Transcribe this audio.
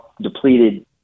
depleted